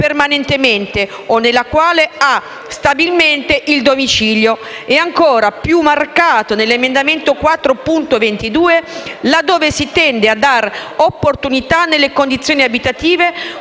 permanentemente o nella quale ha stabilmente il domicilio. Tutto ciò è ancora più marcato nell'emendamento 4.22, là dove si tende a dare opportunità nelle condizioni abitative